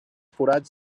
forats